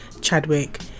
Chadwick